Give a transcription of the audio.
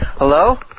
Hello